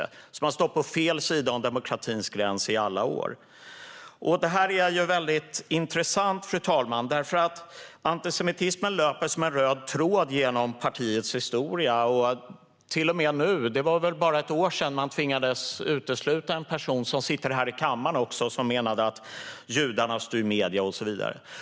Det är en rörelse som har stått på fel sida om demokratins gräns i alla år. Det här är intressant, fru talman, för antisemitismen löper som en röd tråd genom partiets historia och ända till nu. Det är väl bara ett år sedan man tvingades utesluta en person, som dessutom sitter i riksdagen, som menade att judarna styr medierna och så vidare.